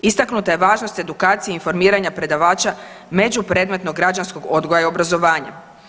Istaknuta je važnost edukacije i informiranja predavača među predmetnog građanskog odgoja i obrazovanja.